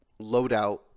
loadout